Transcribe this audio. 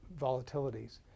volatilities